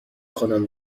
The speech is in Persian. خانم